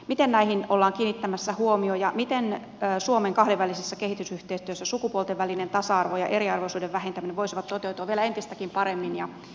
miten näihin ollaan kiinnittämässä huomio ja miten suomen kahdenvälisessä kehitysyhteistyössä sukupuolten välinen tasa arvo ja eriarvoisuuden vähentäminen voisivat toteutua vielä entistäkin paremmin ja tuloksellisemmin